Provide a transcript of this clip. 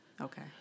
Okay